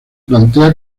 plantea